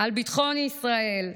על ביטחון ישראל,